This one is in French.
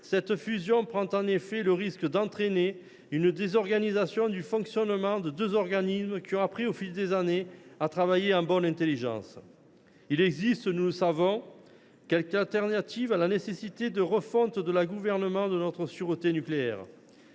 cette fusion prend le risque d’entraîner une désorganisation du fonctionnement de deux organismes qui ont appris au fil des années à travailler en bonne intelligence. Il existe, nous le savons, quelques alternatives à la nécessité de refonte de la gouvernance de notre sûreté nucléaire.